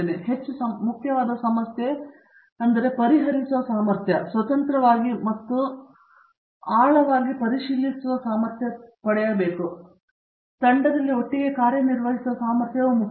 ಆದರೆ ಹೆಚ್ಚು ಮುಖ್ಯವಾದ ಸಮಸ್ಯೆ ಪರಿಹರಿಸುವ ಸಾಮರ್ಥ್ಯ ಅವರು ಸ್ವತಂತ್ರವಾಗಿ ಮತ್ತು ಆಳದಲ್ಲಿದ್ದರೆ ಒಂದು ತಂಡವನ್ನು ಒಟ್ಟಿಗೆ ಪಡೆಯಲು ಮತ್ತು ಕೆಲಸ ಮಾಡುವ ಸಾಮರ್ಥ್ಯ ಮುಖ್ಯ